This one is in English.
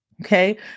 Okay